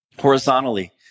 Horizontally